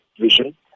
vision